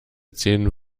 zehn